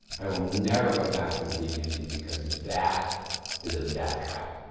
i will never go back to the beginning because that is a death trap.